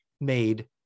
made